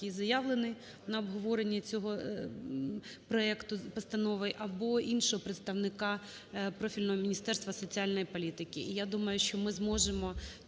який заявлений, на обговоренні цього проекту постанови або іншого представника профільного Міністерства соціальної політики.